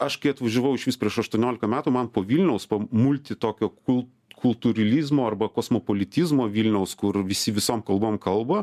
aš kai atvažiavau išvis prieš aštuoniolika metų man po vilniaus multi tokio kul kultūrilizmo arba kosmopolitizmo vilniaus kur visi visom kalbom kalba